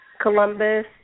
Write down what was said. Columbus